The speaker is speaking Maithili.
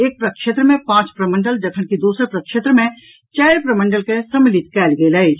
एक प्रक्षेत्र मे पांच प्रमंडल जखनकि दोसर प्रक्षेत्र मे चारि प्रमंडल के सम्मिलित कयल गेल अछि